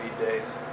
days